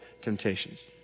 temptations